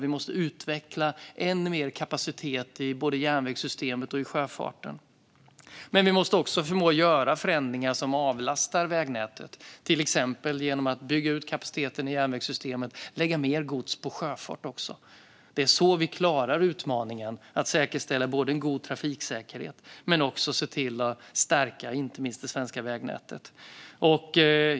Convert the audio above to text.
Vi måste därför utveckla ännu högre kapacitet i både järnvägssystem och sjöfart. Vi måste göra förändringar som avlastar vägnätet, till exempel genom att bygga ut kapaciteten i järnvägssystemet och lägga mer gods på sjöfart. Det är så vi klarar utmaningen att säkerställa både en god trafiksäkerhet och ett stärkt svenskt vägnät.